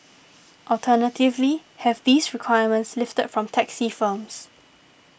alternatively have these requirements lifted from taxi firms